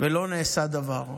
ולא נעשה דבר.